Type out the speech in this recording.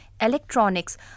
electronics